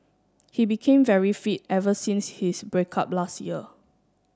he became very fit ever since his break up last year